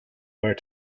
where